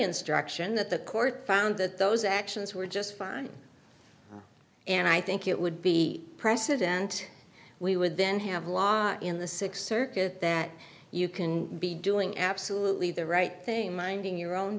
instruction that the court found that those actions were just fine and i think it would be precedent we would then have law in the sixth circuit that you can be doing absolutely the right thing minding your own